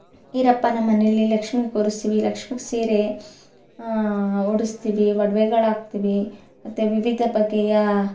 ವೀರಪ್ಪನ ಮನೆಯಲ್ಲಿ ಲಕ್ಷ್ಮಿ ಕೂರಿಸ್ತೀವಿ ಲಕ್ಷ್ಮಿಗೆ ಸೀರೆ ಉಡಿಸ್ತೀವಿ ಒಡ್ವೆಗಳು ಹಾಕ್ತೀವಿ ಮತ್ತು ವಿವಿಧ ಬಗೆಯ